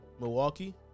Milwaukee